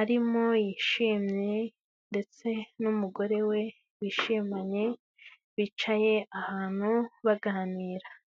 arimo yishimye ndetse n'umugore we bishimanye, bicaye ahantu baganira.